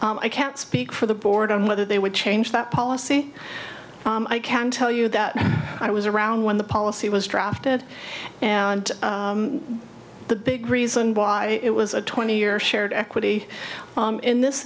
i can't speak for the board on whether they would change that policy i can tell you that i was around when the policy was drafted and the big reason why it was a twenty year shared equity in this